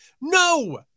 No